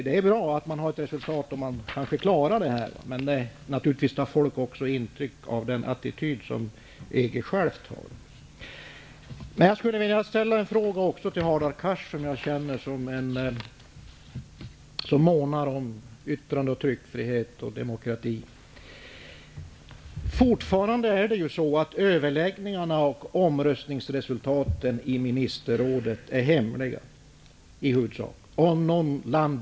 Det är bra att man har nått resultat och kanske klarar detta, men folk tar naturligtvis intryck av attityden inom EG. Jag skulle vilja ställa en fråga till Hadar Cars, som jag känner som en person som månar om yttrandefrihet, tryckfrihet och demokrati. Fortfarande är överläggningarna och omröstningsresultaten i ministerrådet i huvudsak hemliga.